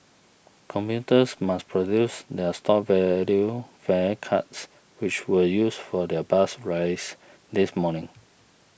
commuters must produce their stored value fare cards which were used for their bus rides this morning